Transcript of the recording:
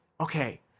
okay –